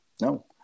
No